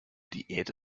diät